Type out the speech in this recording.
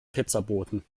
pizzaboten